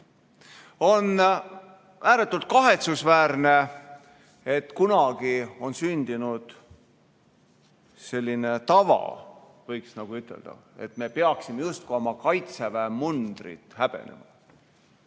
On ääretult kahetsusväärne, et kunagi on sündinud selline tava, et me peaksime justkui oma kaitseväe mundrit häbenema.